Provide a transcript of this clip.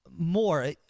More